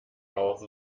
auch